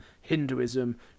hinduism